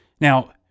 Now